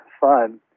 fun